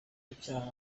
icyaha